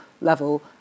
level